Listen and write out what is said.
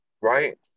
Right